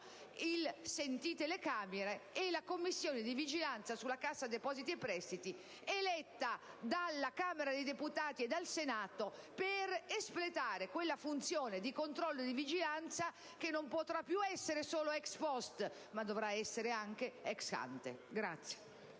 il ruolo della Commissione di vigilanza sulla Cassa depositi e prestiti eletta dalla Camera dei deputati e dal Senato, per espletare quella funzione di controllo e vigilanza che non potrà più essere solo *ex post*, ma dovrà essere anche *ex ante*.